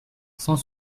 cent